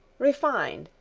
refined,